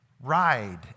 ride